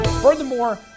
Furthermore